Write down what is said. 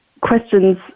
questions